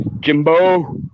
jimbo